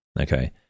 Okay